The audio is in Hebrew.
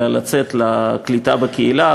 אלא לצאת לקליטה בקהילה,